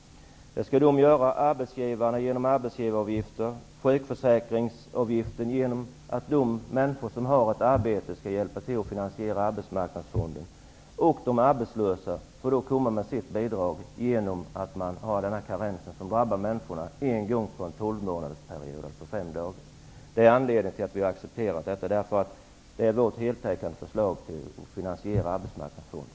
Det skall arbetsgivarna göra genom arbetsgivaravgiften och sjukförsäkringsavgiften. De människor som har ett arbete skall hjälpa till att finansiera arbetsmarknadsfonden. De arbetslösa får då lämna sitt bidrag genom denna karensperiod på fem dagar, som drabbar människorna en gång på en tolvmånadersperiod. Det är anledningen till att vi har accepterat detta. Det är vårt heltäckande förslag till att finansiera arbetsmarknadsfonden.